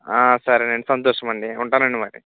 ఆ సరే అండి సంతోషం అండి ఉంటాను అండి మరి